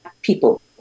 people